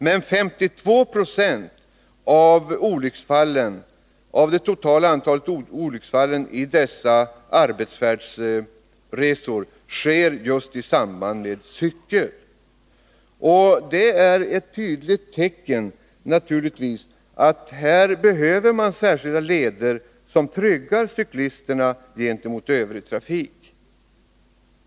Men 52 96 av det totala antalet olycksfall vid dessa arbetsresor sker just i samband med cykelåkning. Det är naturligtvis ett tydligt tecken på att det behövs särskilda leder som tryggar cyklisterna gentemot övrig trafik.